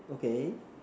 okay